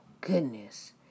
goodness